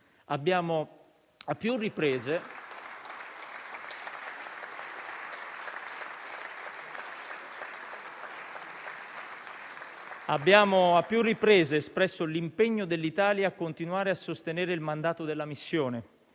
Abbiamo a più riprese espresso l'impegno dell'Italia a continuare a sostenere il mandato della missione